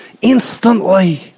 instantly